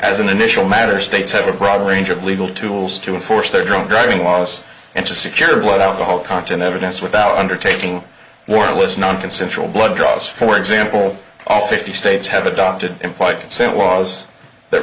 as an initial matter states have a broad range of legal tools to enforce their drunk driving laws and to secure blood alcohol content evidence without undertaking warrantless nonconsensual blood draws for example all fifty states have adopted implied consent laws that